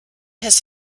his